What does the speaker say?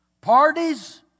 Parties